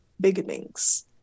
beginnings